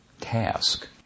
task